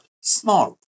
small